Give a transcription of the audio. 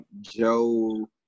Joe